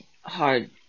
hard